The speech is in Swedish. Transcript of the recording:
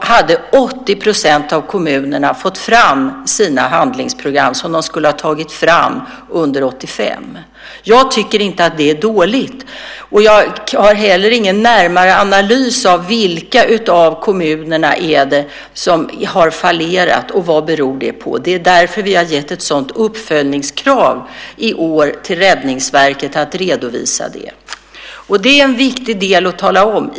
hade 80 % av kommunerna fått fram sina handlingsprogram, som de skulle ha tagit fram under 1985. Jag tycker inte att det är dåligt, och jag har heller ingen närmare analys av vilka av kommunerna det är som har fallerat och vad det beror på. Det är därför vi har gett ett sådant uppföljningskrav i år till Räddningsverket att redovisa det. Det är en viktig del att tala om.